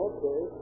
Okay